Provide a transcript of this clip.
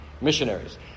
missionaries